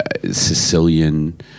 Sicilian